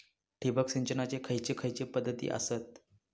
ठिबक सिंचनाचे खैयचे खैयचे पध्दती आसत?